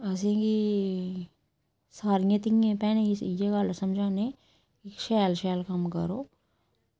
असेंगी सारी धियें भैनें गी इयै गल्ल समझान्ने कि शैल शैल कम्म करो